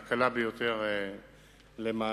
שהיא הקלה ביותר למענה.